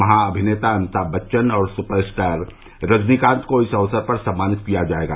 महाअभिनेता अमिताभ बच्चन और super star Rajinikanth को इस अवसर पर सम्मानित किया जाएगा